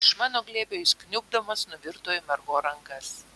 iš mano glėbio jis kniubdamas nuvirto į margo rankas